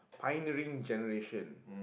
pioneering generation